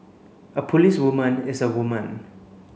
a policewoman is a woman